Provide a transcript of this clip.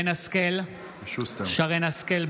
(קורא בשמות חברי הכנסת) שרן מרים השכל,